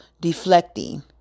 deflecting